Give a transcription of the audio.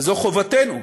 וזו חובתנו.